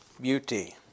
beauty